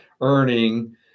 earning